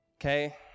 okay